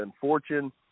Fortune